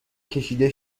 کشیده